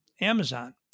Amazon